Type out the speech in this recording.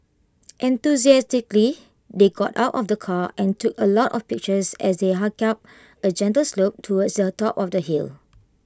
enthusiastically they got out of the car and took A lot of pictures as they hiked up A gentle slope towards the top of the hill